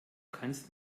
kannst